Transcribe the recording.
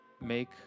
Make